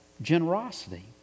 generosity